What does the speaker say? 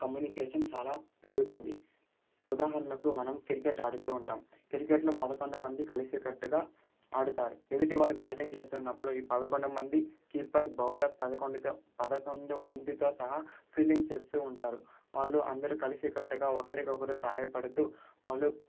communication చాలా పెరుగుతుంది ఉదాహరణకు మనం క్రికెట్ ఆడుతూ ఉంటాం క్రికెట్లో పదకొండు మంది కలిసి కట్టుగా ఆడతారు ఎదుటి వాళ్ళు బ్యాటింగ్ చేస్తున్నపుడు ఈ పదకొండు మంది కీపర్ బౌలర్ పదకొండితో పదకొండు మందితో సహా ఫీల్డింగ్ చేస్తూ ఉంటారు వాళ్ళు అందరూ కలిసి కట్టుగా ఒకరికొకరు సహాయపడుతూ వాళ్ళు